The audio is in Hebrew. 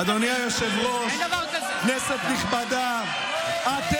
אדוני היושב-ראש, כנסת נכבדה, אין דבר כזה.